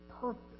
purpose